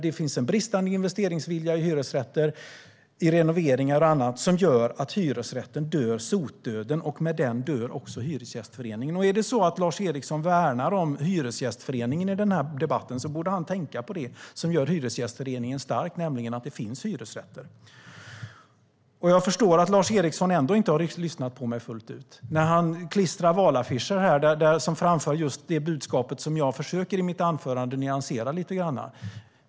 Det finns en bristande investeringsvilja i hyresrätter, i renoveringar och så vidare. Det gör att hyresrätten dör sotdöden, och med den dör också Hyresgästföreningen. Om Lars Eriksson värnar om Hyresgästföreningen i debatten borde han tänka på det som gör Hyresgästföreningen stark, nämligen att det finns hyresrätter. Jag förstår att Lars Eriksson ändå inte har lyssnat på mig fullt ut. Han klistrar valaffischer som framför just det budskapet som jag i mitt anförande försökte nyansera.